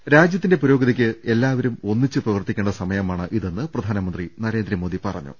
P Dinesh രാജ്യത്തിന്റെ പുരോഗതിയ്ക്ക് എല്ലാവരും ഒന്നിച്ച് പ്രവർത്തിക്കേണ്ട സമയമാണ് ഇതെന്ന് പ്രധാനമന്ത്രി നരേന്ദ്ര മോദി പറഞ്ഞു